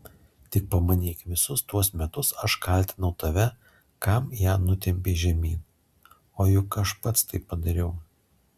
tik pamanyk visus tuos metus aš kaltinau tave kam ją nutempei žemyn o juk aš pats tai padariau